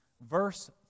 Verse